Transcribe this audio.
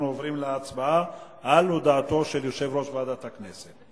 אנחנו עוברים להצבעה על הודעתו של יושב-ראש ועדת הכנסת.